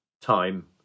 time